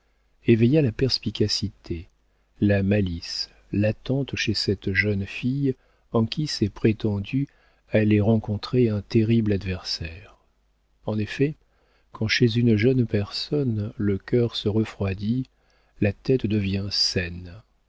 éveilla la perspicacité la malice latentes chez cette jeune fille en qui ses prétendus allaient rencontrer un terrible adversaire en effet quand chez une jeune personne le cœur se refroidit la tête devient saine